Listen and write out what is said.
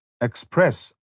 express